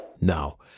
Now